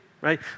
right